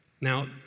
Now